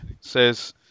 says